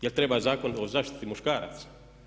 Jel' treba zakon o zaštiti muškaraca?